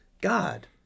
God